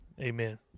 Amen